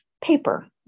paper